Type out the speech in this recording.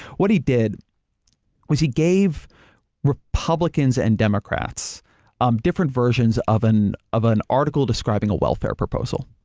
what he did was he gave republicans and democrats um different versions of an of an article describing a welfare proposal.